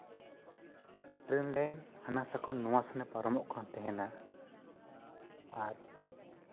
train line ᱦᱟᱱᱟᱥᱟ ᱠᱷᱚᱱ ᱱᱚᱣᱟ ᱥᱟᱛᱮ ᱯᱟᱨᱚᱢᱚᱜ ᱠᱟᱱ ᱛᱟᱦᱮᱱᱟ ᱟᱨ